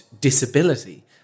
disability